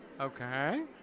Okay